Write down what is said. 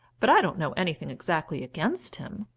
but i don't know anything exactly against him.